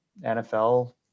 NFL